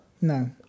No